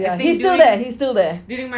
yeah he's still there he's still there